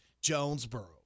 Jonesboro